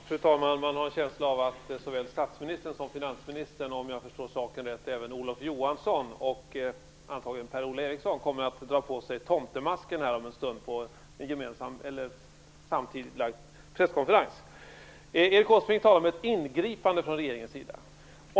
Fru talman! Man har en känsla av att såväl statsministern som finansministern och om jag förstår saken rätt även Olof Johansson och antagligen Per Ola Eriksson kommer att dra på sig tomtemasker om en stund på samtidigt hållna presskonferenser. Erik Åsbrink talade om ett ingripande från regeringens sida.